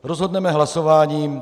Rozhodneme hlasováním.